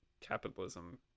capitalism